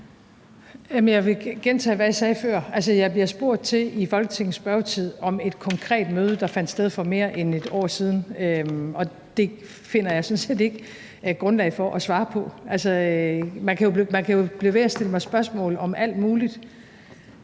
Jeg vil gentage, hvad jeg sagde før. Altså, jeg bliver spurgt i Folketingets spørgetime om et konkret møde, der fandt sted for mere end et år siden, og det finder jeg sådan set ikke grundlag for at svare på. Man kan jo blive ved med at stille mig spørgsmål om alt muligt,